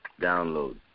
download